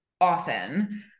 often